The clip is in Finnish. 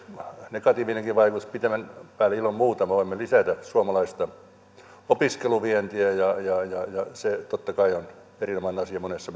negatiivinenkin vaikutus pitemmän päälle ilman muuta me haluamme lisätä suomalaista opiskeluvientiä ja se totta kai on erinomainen asia monessa